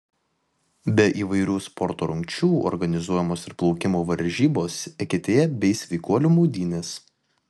be įvairių sporto rungčių organizuojamos ir plaukimo varžybos eketėje bei sveikuolių maudynės